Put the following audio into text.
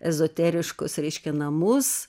ezoteriškus reiškia namus